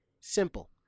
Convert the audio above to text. Simple